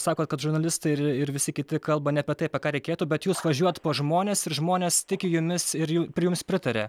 sakot kad žurnalistai ir ir visi kiti kalba ne apie tai apie ką reikėtų bet jūs važiuojat pas žmones ir žmonės tiki jumis ir ju pri jums pritaria